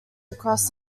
across